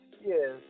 Yes